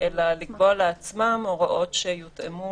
אלא לקבוע לעצמם הוראות שיותאמו